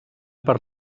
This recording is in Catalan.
per